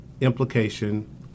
implication